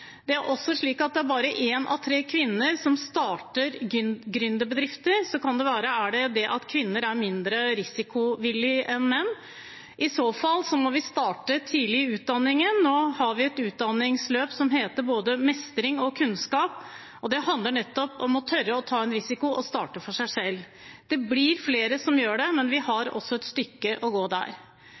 Det er også slik at det bare er én av tre kvinner som starter gründerbedrifter. Kan det være at kvinner er mindre risikovillige enn menn? I så fall må vi starte tidlig i utdanningen. Nå har vi et utdanningsløp som heter både mestring og kunnskap, og det handler nettopp om å tørre å ta en risiko og starte for seg selv. Det blir flere som gjør det, men vi har også der et stykke å gå.